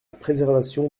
préservation